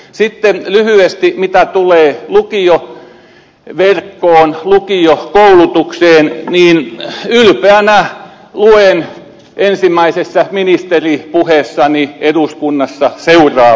sitten lyhyesti mitä tulee lukio wiberg on johtanut tulokseen lukioverkkoon lukiokoulutukseen ylpeänä luen ensimmäisessä ministeripuheessani eduskunnassa seuraavaa